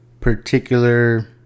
particular